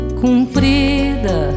cumprida